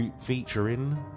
featuring